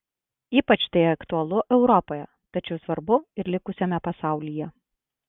ypač tai aktualu europoje tačiau svarbu ir likusiame pasaulyje